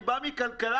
אני בא מוועדת החוקה,